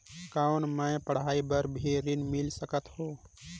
कौन मै पढ़ाई बर भी ऋण ले सकत हो?